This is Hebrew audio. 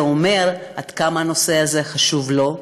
זה אומר עד כמה הנושא הזה חשוב לו.